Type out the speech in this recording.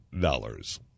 dollars